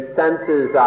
senses